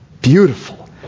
Beautiful